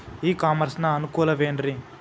E commerce ನ ಅನುಕೂಲವೇನ್ರೇ?